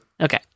Okay